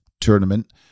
tournament